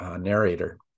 narrator